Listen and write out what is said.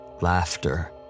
laughter